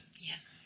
yes